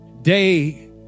Day